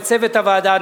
לצוות הוועדה,